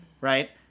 right